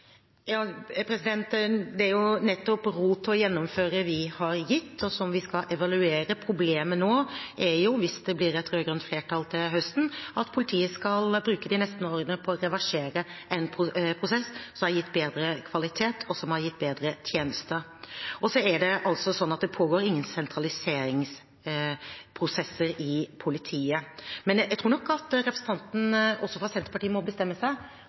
Det er jo nettopp ro til å gjennomføre vi har gitt, og vi skal evaluere. Problemet nå er at hvis det blir et rød-grønt flertall til høsten, skal politiet bruke de neste årene på å reversere en prosess som har gitt bedre kvalitet, og som har gitt bedre tjenester. Det pågår ingen sentraliseringsprosesser i politiet. Men jeg tror nok at representanten fra Senterpartiet også må bestemme seg